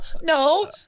no